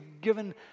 given